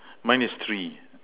mine is three